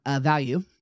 value